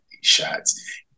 shots